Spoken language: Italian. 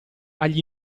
agli